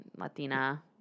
Latina